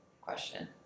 question